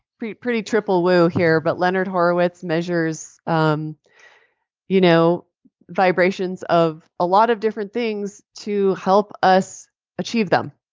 pretty pretty triple-woo here, but leonard horowitz measures um you know vibrations of a lot of different things to help us achieve them.